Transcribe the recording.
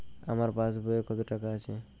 আমার পাসবই এ কত টাকা আছে?